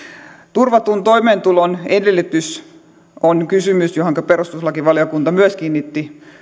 turvatun toimeentulon edellytys on kysymys johonka perustuslakivaliokunta myös kiinnitti